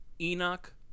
Enoch